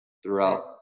throughout